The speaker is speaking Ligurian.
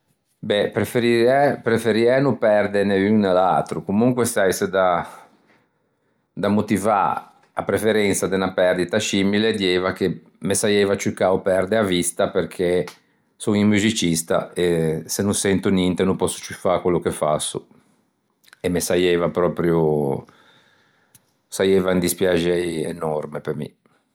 Bè preferiæ no perde né l'un né l'atro comunque s'aise da motivâ a preferensa de 'na perdita scimile dieiva che me saieiva ciù cao perde a vista perché son un muxicista e se no sento ninte no pòsso ciù fâ quello che fasso e me saieiva proprio saieiva un despiaxei enorme pe mi